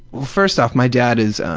first off, my dad is